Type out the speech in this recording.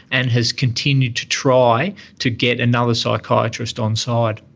and has continued to try to get another psychiatrist on side.